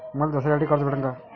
मले दसऱ्यासाठी कर्ज भेटन का?